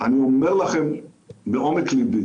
אני אומר לכם מעומק ליבי